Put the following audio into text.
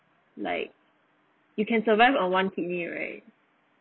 like you can survive on one kidney right